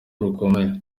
rukomeye